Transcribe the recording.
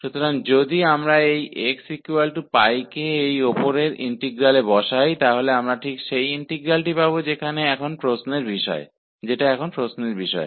इसलिए यदि हम इस xπ को इस उपरोक्त इंटीग्रल में प्रतिस्थापित करते हैं तो हमें ठीक वही समाकलन प्राप्त होगा जो कि प्रश्न में पुछा गया है